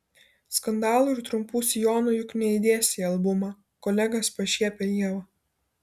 skandalų ir trumpų sijonų juk neįdėsi į albumą kolegas pašiepia ieva